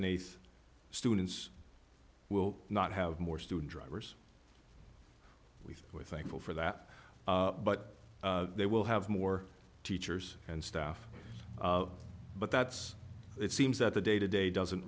and eighth students will not have more student drivers we thankful for that but they will have more teachers and staff but that's it seems that the day to day doesn't